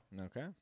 Okay